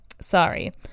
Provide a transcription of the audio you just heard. sorry